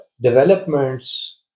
developments